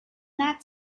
that